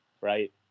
Right